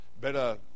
better